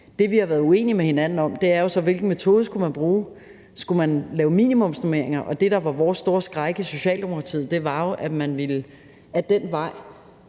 Det, vi har været uenige med hinanden om, er, hvilken metode man skulle bruge. Skulle man lave minimumsnormeringer? Det, der var vores store skræk i Socialdemokratiet, var jo, at man ad den vej